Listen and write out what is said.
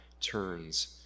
turns